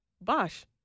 Bosh